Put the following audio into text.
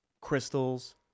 crystals